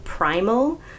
primal